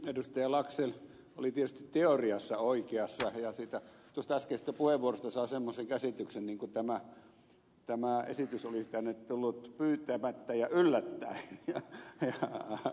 laxell oli tietysti teoriassa oikeassa ja tuosta äskeisestä puheenvuorosta saa semmoisen käsityksen kuin tämä esitys olisi tänne tullut pyytämättä ja yllättäen